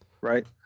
right